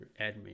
admin